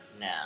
No